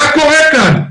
מה קורה כאן?